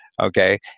Okay